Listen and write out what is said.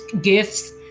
gifts